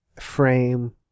frame